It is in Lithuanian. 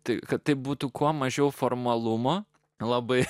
tai kad būtų kuo mažiau formalumo labai